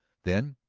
then,